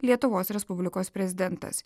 lietuvos respublikos prezidentas